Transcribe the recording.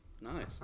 Nice